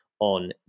on